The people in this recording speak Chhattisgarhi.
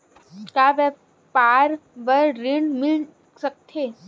का व्यापार बर ऋण मिल सकथे?